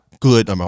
Good